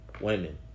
Women